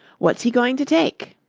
what's he going to take?